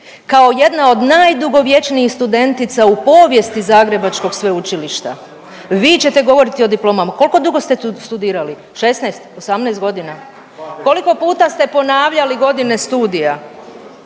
kao jedna od najdugovječnijih studentica u povijesti zagrebačkog sveučilišta, vi čete govoriti o diplomama. Koliko dugo ste studirali? 16, 18 godina. Koliko puta ste ponavljali godine studija?